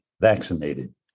vaccinated